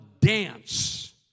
dance